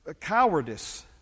cowardice